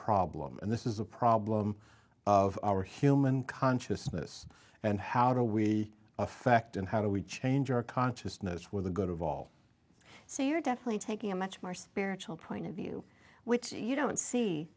problem and this is a problem of our human consciousness and how do we effect and how do we change our consciousness where the good of all so you're definitely taking a much more spiritual point of view which you don't see